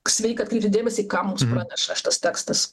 sveika atkreipti dėmesį į ką mums praneša šitas tekstas